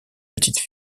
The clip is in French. petites